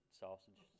sausage